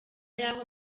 yaho